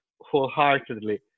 wholeheartedly